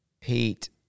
Pete